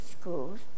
schools